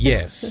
Yes